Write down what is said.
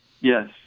Yes